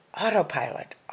Autopilot